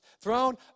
throne